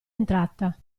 entrata